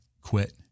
quit